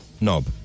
Knob